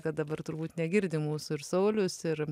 kad dabar turbūt negirdi mūsų ir saulius ir